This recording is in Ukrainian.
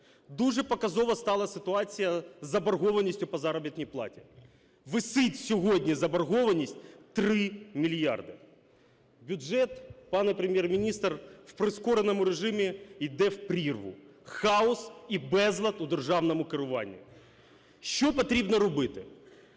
Дуже показова стала ситуація з заборгованістю по заробітній платі. Висить сьогодні заборгованість – 3 мільярди. Бюджет, пане Прем’єр-міністре, в прискореному режимі йде в прірву. Хаос і безлад у державному керуванні. Що потрібно робити.